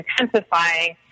intensifying